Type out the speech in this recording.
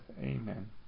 amen